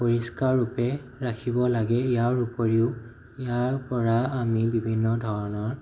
পৰিষ্কাৰৰূপে ৰাখিব লাগে ইয়াৰ উপৰিও ইয়াৰ পৰা আমি বিভিন্ন ধৰণৰ